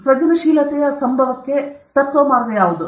ಸೃಜನಶೀಲತೆಯ ಸಂಭವಕ್ಕೆ ತತ್ವ ಮಾರ್ಗ ಯಾವುದು